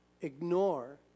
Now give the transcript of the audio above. ignore